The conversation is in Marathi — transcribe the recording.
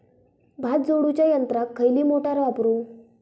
भात झोडूच्या यंत्राक खयली मोटार वापरू?